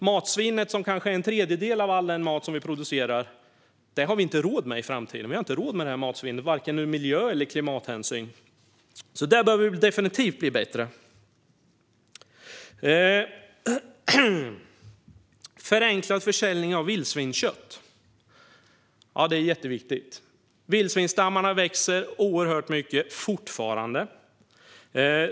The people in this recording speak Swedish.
Matsvinnet är i dag kanske en tredjedel av all den mat som vi producerar, och det har vi inte råd med i framtiden vare sig ur miljö eller klimathänseende. Här behöver vi definitivt bli bättre. Förenklad försäljning av vildsvinskött är jätteviktigt. Vildsvinsstammarna växer fortfarande oerhört mycket.